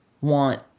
want –